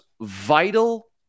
vital